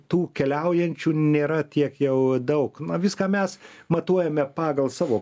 tų keliaujančių nėra tiek jau daug na viską mes matuojame pagal savo